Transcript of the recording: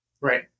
Right